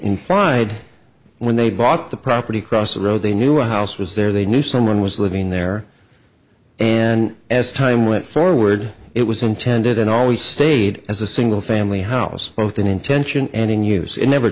pride when they bought the property cross the road they knew our house was there they knew someone was living there and as time went forward it was intended and always stayed as a single family house both in intention and in use it never